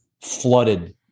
flooded